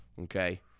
Okay